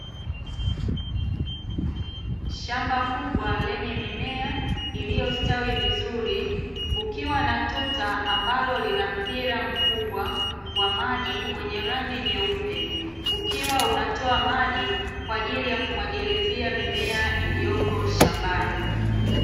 Shamba kubwa lenye mimea iliyositawi vizuri. Kukiwa na tuta ambalo lina mpira mkubwa wa maji wenye rangi nyeupe, ukiwa unatoa maji kwa ajili ya kumwagilizia mimea iliyoko shambani.